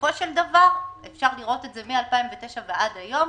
בסופו של דבר, מ-2009 ועד היום,